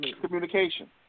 communication